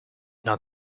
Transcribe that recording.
not